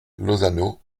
lozano